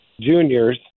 juniors